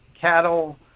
cattle